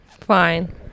Fine